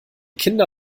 kinder